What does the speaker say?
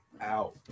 out